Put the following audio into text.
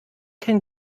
kein